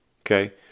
Okay